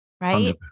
Right